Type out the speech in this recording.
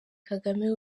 kagame